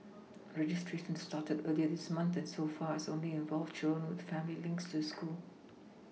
registration started earlier this month and so far has only involved children with family links to the schools